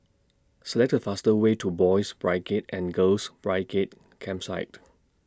Select The faster Way to Boys' Brigade and Girls' Brigade Campsite